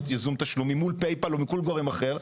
ייזום תשלומים מול "פייפאל" או מול כל גורם אחר,